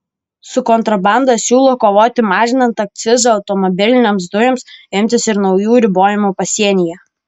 su kontrabanda siūlo kovoti mažinant akcizą automobilinėms dujoms imsis ir naujų ribojimų pasienyje